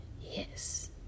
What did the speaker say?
Yes